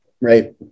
right